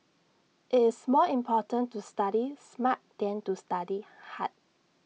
IT is more important to study smart than to study hard